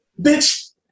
bitch